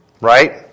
Right